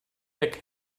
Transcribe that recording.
deck